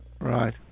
Right